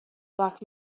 black